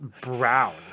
brown